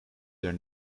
their